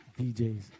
DJs